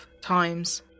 times